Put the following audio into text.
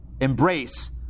embrace